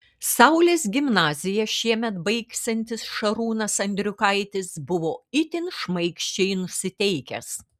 saulės gimnaziją šiemet baigsiantis šarūnas andriukaitis buvo itin šmaikščiai nusiteikęs